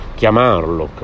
chiamarlo